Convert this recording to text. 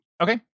Okay